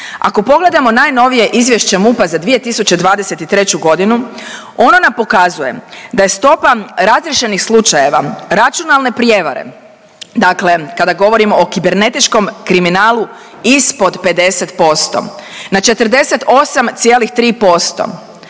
Ako pogledamo najnovije izvješće MUP-a za 2023. g. ono nam pokazuje da je stopa razriješenih slučajeva računalne prijevare, dakle kada govorimo o kibernetičkom kriminalu, ispod 50%, na 48,3%.